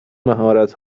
مهارت